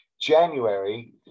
January